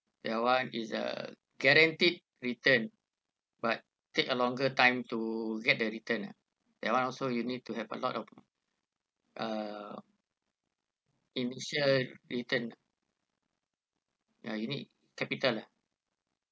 that one is a guaranteed return but take a longer time to get the return lah that one also you need to have a lot of uh initial return ya you need capital lah